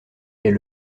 est